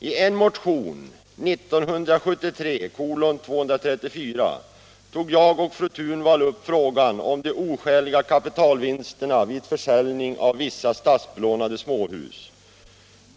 I en motion, 1973:234, tog jag och fru Thunvall upp frågan om de oskäliga kapitalvinsterna vid försäljning av vissa statsbelånade småhus.